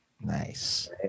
Nice